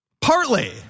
Partly